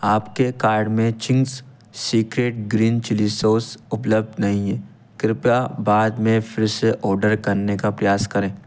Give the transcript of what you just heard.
आपके कार्ड में Ching's Secret green chilli sauce उपलब्ध नहीं है कृपया बाद में फिर से ऑर्डर करने का प्रयास करें